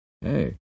Hey